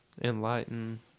enlighten